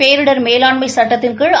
பேரிடர் மேலாண்மை சட்டத்தின்கீழ்